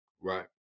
Right